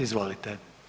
Izvolite.